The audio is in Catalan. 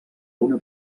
una